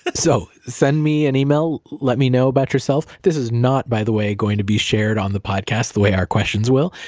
so send me an email, let me know about yourself. this is not, by the way, going to be shared on the podcast the way our questions will,